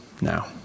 now